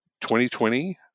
2020